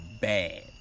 bad